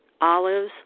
olives